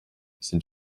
sind